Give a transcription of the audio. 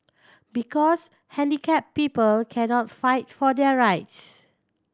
because handicapped people cannot fight for their rights